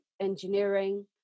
engineering